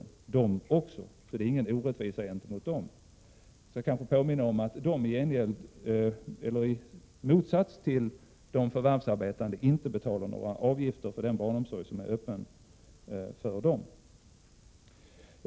De drabbas alltså inte av någon orättvisa. Jag vill påminna om att de i motsats till de förvärvsarbetande inte betalar några avgifter för den barnomsorg som är öppen för dem.